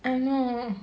I know